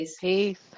Peace